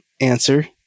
answer